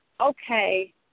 okay